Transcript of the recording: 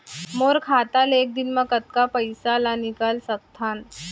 मोर खाता ले एक दिन म कतका पइसा ल निकल सकथन?